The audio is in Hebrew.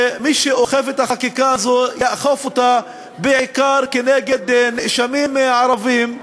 שמי שאוכף את החקיקה הזאת יאכוף אותה בעיקר כנגד נאשמים ערבים,